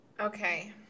Okay